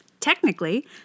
Technically